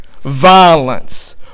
violence